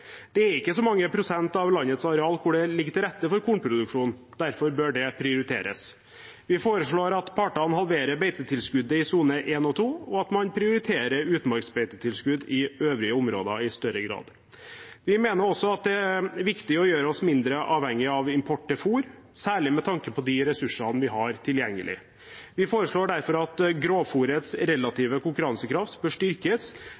Det er ikke så mange prosent av landets areal som ligger til rette for kornproduksjon. Derfor bør det prioriteres. Vi foreslår at partene halverer beitetilskuddet i sonene 1 og 2, og at man prioriterer utmarksbeitetilskudd i øvrige områder i større grad. Vi mener også det er viktig å gjøre oss mindre avhengige av import til fôr, særlig med tanke på de ressursene vi har tilgjengelig. Vi foreslår derfor at grovfôrets relative konkurransekraft bør styrkes